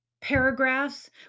paragraphs